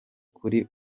kuri